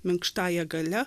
minkštąja galia